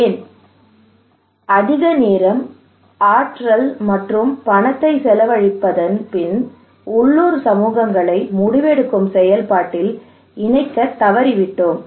ஏன் அதிக நேரம் ஆற்றல் மற்றும் பணத்தை செலவழித்தபின் உள்ளூர் சமூகங்களை முடிவெடுக்கும் செயல்பாட்டில் இணைக்கத் தவறிவிட்டோம்